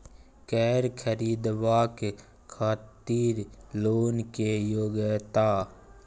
कैर खरीदवाक खातिर लोन के योग्यता?